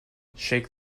shake